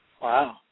Wow